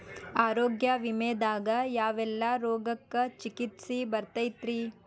ಆರೋಗ್ಯ ವಿಮೆದಾಗ ಯಾವೆಲ್ಲ ರೋಗಕ್ಕ ಚಿಕಿತ್ಸಿ ಬರ್ತೈತ್ರಿ?